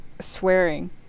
swearing